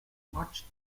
marched